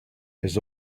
his